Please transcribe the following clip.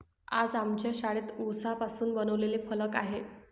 आज आमच्या शाळेत उसापासून बनवलेला फलक आहे